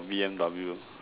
B M W